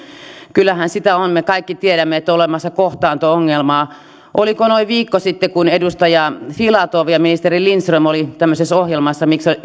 kyllähän sitä on me kaikki tiedämme että on olemassa kohtaanto ongelma oliko se noin viikko sitten kun edustaja filatov ja ministeri lindström olivat ohjelmassa missä